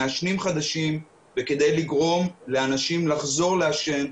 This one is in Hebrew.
מעשנים חדשים וכדי לגרום לאנשים לחזור לעשן.